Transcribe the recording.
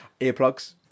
Earplugs